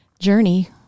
journey